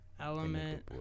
Element